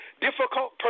difficult